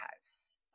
house